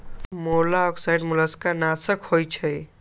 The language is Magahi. मोलॉक्साइड्स मोलस्का नाशक होइ छइ